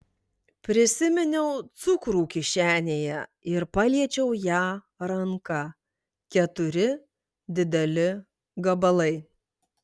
prisiminiau cukrų kišenėje ir paliečiau ją ranka keturi dideli gabalai